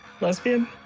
Lesbian